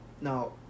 Now